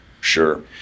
Sure